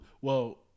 Well-